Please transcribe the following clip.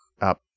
up